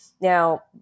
Now